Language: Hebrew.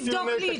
תבדוק לי את